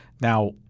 Now